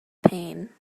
pain